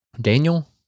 daniel